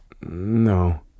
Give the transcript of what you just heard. No